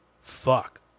Fuck